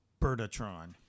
Bertatron